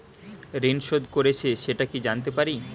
ঋণ শোধ করেছে সেটা কি জানতে পারি?